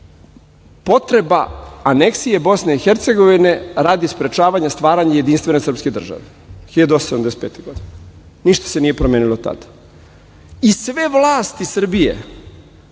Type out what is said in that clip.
Potreba aneksije BiH radi sprečavanja stvaranja jedinstvene srpske države. Dakle, 1875. godine. Ništa se nije promenilo od tada. I, sve vlasti Srbije